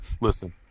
Listen